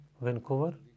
Vancouver